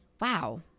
wow